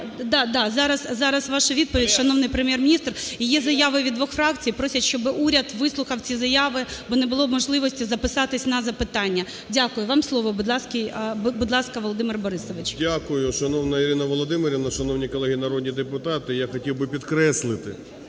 да-да, зараз ваша відповідь, шановний Прем'єр-міністре. І є заява від двох фракцій просять, щоб уряд вислухав ці заяви, бо не було можливості записатись на запитання. Дякую. Вам слово, будь ласка, Володимире Борисовичу. 11:11:24 ГРОЙСМАН В.Б. Дякую. Шановна Ірина Володимирівна, шановні колеги народні депутати, я хотів би підкреслити,